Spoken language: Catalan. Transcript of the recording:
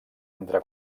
entre